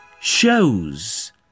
shows